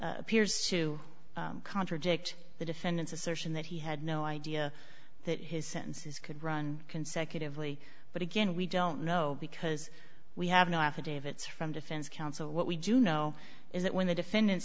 appears to contradict the defendant's assertion that he had no idea that his sentences could run consecutively but again we don't know because we have no affidavits from defense counsel what we do know is that when the defendant